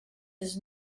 his